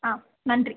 ஆ நன்றி